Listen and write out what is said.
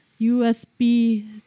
USB